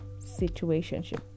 situationship